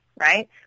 right